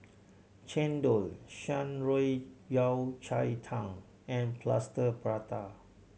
chendol Shan Rui Yao Cai Tang and Plaster Prata